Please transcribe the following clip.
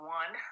one